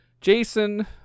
Jason